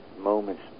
moments